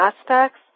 aspects